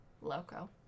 loco